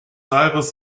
aires